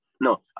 No